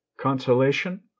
Consolation